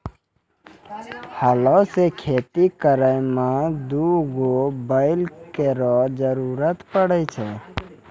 हलो सें खेती करै में दू गो बैल केरो जरूरत पड़ै छै